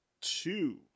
two